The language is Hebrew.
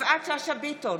יפעת שאשא ביטון,